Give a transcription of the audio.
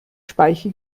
speiche